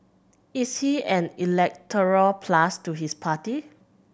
is he an electoral plus to his party